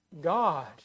God